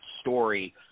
story